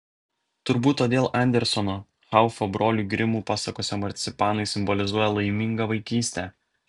turbūt todėl anderseno haufo brolių grimų pasakose marcipanai simbolizuoja laimingą vaikystę